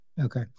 Okay